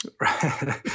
Right